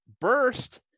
burst